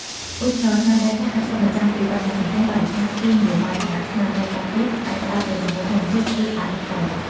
ឧទាហរណ៍ ស្នាដៃខ្លះអាចឆ្លុះបញ្ចាំងពីបញ្ហាសង្គម បរិស្ថាន ឬនយោបាយ ខណៈស្នាដៃខ្លះទៀតអាចផ្តោតលើសម្រស់ធម្មជាតិ ឬអរូបី។